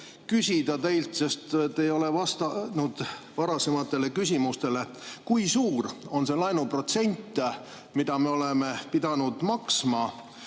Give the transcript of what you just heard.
küsida teilt, sest te ei ole vastanud varasematele küsimustele: kui suur on see laenuprotsent, mida me oleme pidanud maksma?